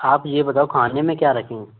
आप ये बताओ खाने में क्या रखेंगे